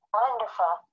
wonderful